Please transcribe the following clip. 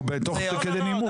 הוא תוך כדי נימוק עכשיו.